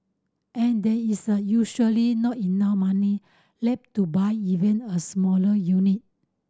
and there is a usually not enough money left to buy even a smaller unit